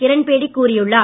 கிரண் பேடி கூறியுள்ளார்